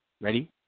Ready